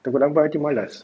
tunggu lambat nanti malas